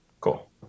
cool